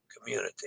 community